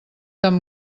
tan